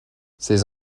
ses